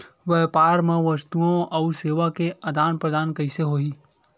व्यापार मा वस्तुओ अउ सेवा के आदान प्रदान कइसे होही?